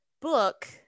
book